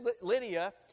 Lydia